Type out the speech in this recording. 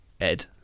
Ed